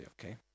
okay